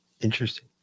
Interesting